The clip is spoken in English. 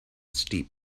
steep